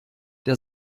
der